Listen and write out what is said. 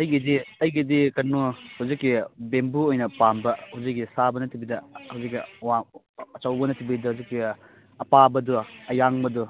ꯑꯩꯒꯤꯗꯤ ꯑꯩꯒꯤꯗꯤ ꯀꯩꯅꯣ ꯍꯧꯖꯤꯛꯀꯤ ꯕꯦꯝꯕꯨ ꯑꯣꯏꯅ ꯄꯥꯝꯕ ꯑꯩꯈꯣꯏꯒꯤ ꯁꯥꯕ ꯅꯠꯇꯕꯤꯗ ꯍꯧꯖꯤꯛꯀꯤ ꯋꯥ ꯑꯆꯧꯕꯅ ꯑꯄꯥꯕꯗꯨ ꯑꯌꯥꯡꯕꯗꯨ